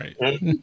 Right